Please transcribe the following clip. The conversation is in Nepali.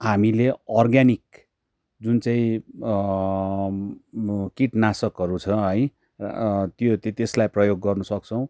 हामीले अर्ग्यानिक जुन चाहिँ किटनाशकहरू छ है त्यो त्यसलाई प्रयोग गर्न सक्छौँ